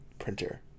printer